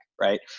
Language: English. Right